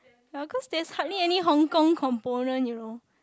ya cause there's hardly any Hong-Kong component you know